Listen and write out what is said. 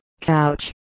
couch